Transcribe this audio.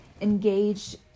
engage